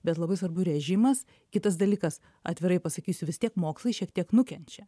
bet labai svarbu režimas kitas dalykas atvirai pasakysiu vis tiek mokslai šiek tiek nukenčia